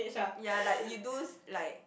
ya like you do like